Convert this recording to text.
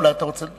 אולי אתה רוצה,